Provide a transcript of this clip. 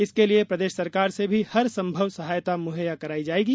इसके लिये प्रदेश सरकार से भी हर संभव सहायता मुहैया कराई जायेगी